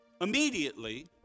immediately